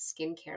skincare